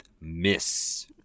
miss